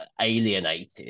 alienated